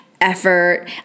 effort